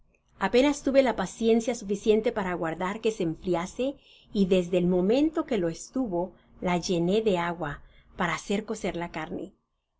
apetas tuve la paciencia suficiente para aguardar que se enfriase y desde él momento que lo estovo la llené de agua para hacer cocer la carne